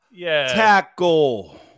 tackle